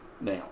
now